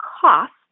cost